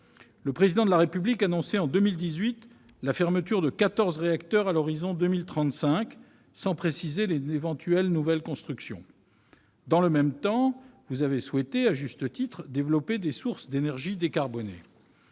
Le Président de la République annonçait en 2018 la fermeture de quatorze réacteurs à l'horizon de 2035, sans préciser les éventuelles nouvelles constructions. Dans le même temps, vous avez souhaité, à juste titre, développer des sources d'énergies décarbonées.